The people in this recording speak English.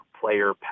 player